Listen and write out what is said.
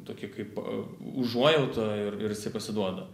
tokią kaip užuojautą ir ir jisai pasiduoda